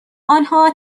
آنها